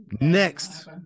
next